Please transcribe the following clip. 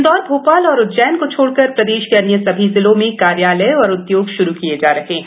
इंदौर भोशल और उज्जैन को छोड़कर प्रदेश के अन्य सभी जिलों में कार्यालय और उदयोग श्रू किए जा रहे हैं